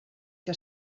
que